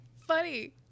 funny